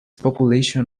population